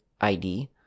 id